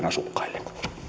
asukkaille